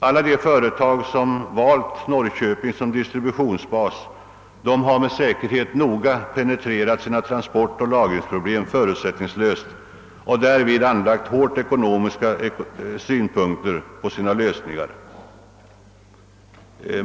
Alla de företag, som valt Norrköping som distributionsbas, har med säkerhet noga och förutsättningslöst penetrerat sina transportoch lagringsproblem och därvid anlagt hårt ekonomiska synpunkter på sina lösningar.